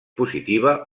positiva